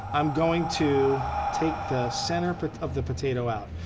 i'm going to take the center of the potato out.